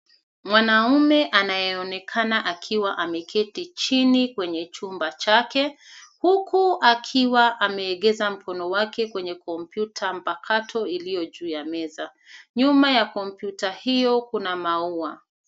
Mwanaume anyeonekana akiwa ameketi chini kwenye chumba chake, huku akiwa ameegeza mkono wake kwenye kompyuta mpakato iliyo juu ya meza. Nyuma ya kompyuta hiyo kuna maua.